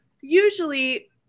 usually